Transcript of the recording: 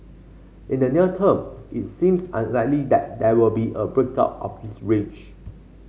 in the near term it seems unlikely that there will be a break out of this range